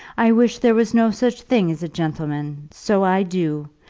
i wish there was no such thing as a gentleman so i do.